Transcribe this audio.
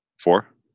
Four